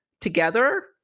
Together